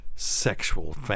Sexual